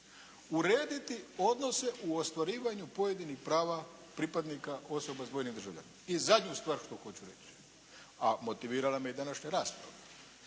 urediti odnose u ostvarivanju pojedinih prava pripadnika osoba s dvojnim državljanstvom. I zadnju stvar što hoću reći, a motivirala me i današnja rasprava.